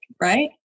right